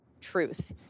truth